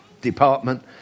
department